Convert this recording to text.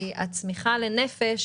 כי הצמיחה לנפש